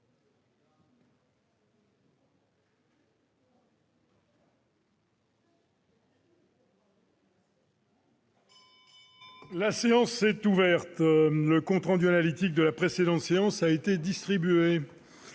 La séance est ouverte. Le compte rendu analytique de la précédente séance a été distribué.